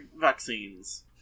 vaccines